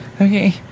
Okay